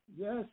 Yes